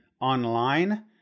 online